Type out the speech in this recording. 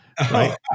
right